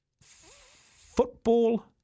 football